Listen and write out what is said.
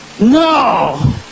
No